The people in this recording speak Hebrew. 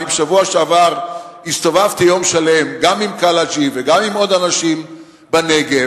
בשבוע שעבר אני הסתובבתי יום שלם גם עם קלעג'י וגם עם עוד אנשים בנגב,